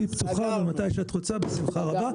מתי שאת רוצה, בשמחה רבה.